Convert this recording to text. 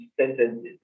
sentences